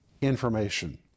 information